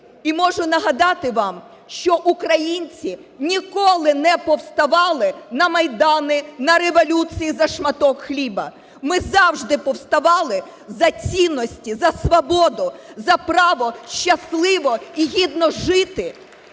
І можу нагадати вам, що українці ніколи не повставали на Майдани, на революції за шматок хліба. Ми завжди повставали за цінності, за свободу, за право щасливо і гідно жити.